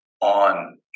on